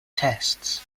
tests